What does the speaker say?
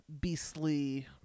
beastly